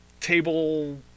table